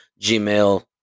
gmail